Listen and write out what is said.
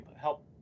help